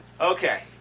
Okay